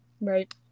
Right